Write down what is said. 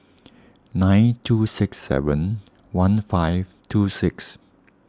nine two six seven one five two six